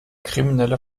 kriminelle